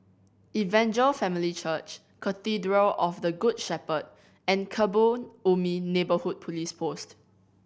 Evangel Family Church Cathedral of the Good Shepherd and Kebun Ubi Neighbourhood Police Post